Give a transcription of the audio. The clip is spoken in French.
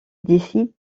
décide